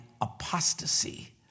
apostasy